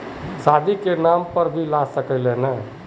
शादी के नाम पर भी ला सके है नय?